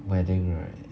wedding right